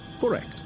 Correct